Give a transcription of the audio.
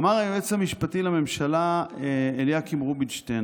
אמר היועץ המשפטי לממשלה אליקים רובינשטיין,